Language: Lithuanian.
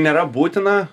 nėra būtina